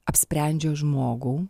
apsprendžia žmogų